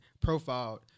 profiled